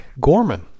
Gorman